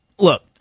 Look